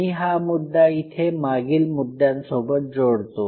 मी हा मुद्दा इथे मागील मुद्द्यांसोबत जोडतो